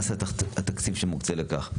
מה סך התקציב שמוקצה לכך?